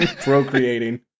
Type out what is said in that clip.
procreating